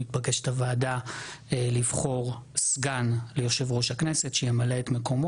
מתבקשת הוועדה לבחור סגן ליושב-ראש הכנסת שימלא את מקומו.